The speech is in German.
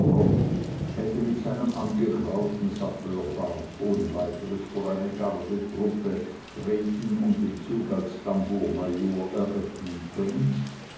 hätte mit seinem angegrauten sappeurbart ohne weiteres vor eine gardetruppe treten und den zug als tambourmajor eröffnen können